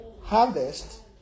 harvest